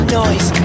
noise